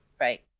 Right